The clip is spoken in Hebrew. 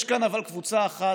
אבל יש כאן קבוצה אחת,